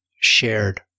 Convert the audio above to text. shared